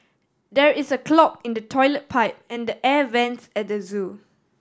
there is a clog in the toilet pipe and air vents at the zoo